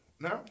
now